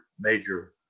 major